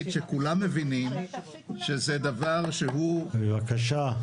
שכולם מבינים שזה דבר שהוא --- בבקשה,